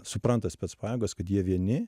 supranta spec pajėgos kad jie vieni